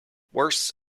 worse